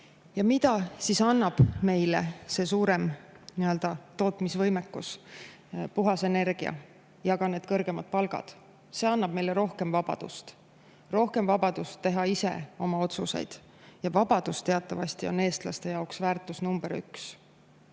Ja mida siis annab meile see suurem tootmisvõimekus, puhas energia ja ka need kõrgemad palgad? See annab meile rohkem vabadust, rohkem vabadust teha ise oma otsuseid. Ja vabadus teatavasti on eestlaste jaoks väärtus number üks. Paar